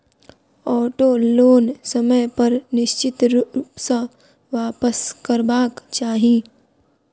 auto loan समय पर निश्चित रूप सॅ वापसकरबाक चाही